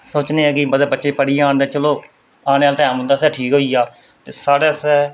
सोचने आं कि मतलब बच्चे पढ़ी जान ते औने आह्ला टैम उं'दे आस्तै ठीक होई जा साढ़े आस्तै